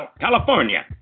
California